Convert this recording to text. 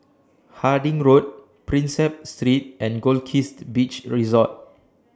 Harding Road Prinsep Street and Goldkist Beach Resort